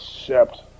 accept